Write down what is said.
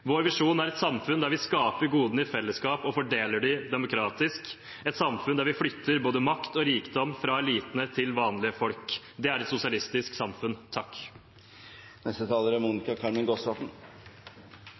Vår visjon er et samfunn der vi skaper godene i felleskap og fordeler dem demokratisk, et samfunn der vi flytter både makt og rikdom fra elitene til vanlige folk. Det er et sosialistisk samfunn. Høyres visjon er